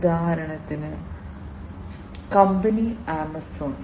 ഉദാഹരണത്തിന് ഉദാഹരണത്തിന് company Amazon